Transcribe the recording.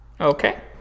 Okay